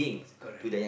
correct